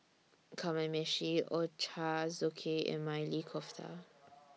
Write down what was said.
Kamameshi Ochazuke and Maili Kofta